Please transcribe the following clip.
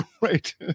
right